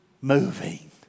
moving